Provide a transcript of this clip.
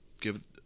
give